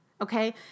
okay